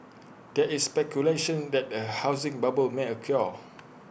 there is speculation that A housing bubble may occur